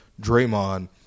Draymond